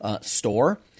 store